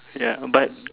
ya but